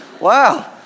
wow